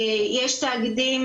יש תאגידים